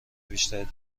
بیشتری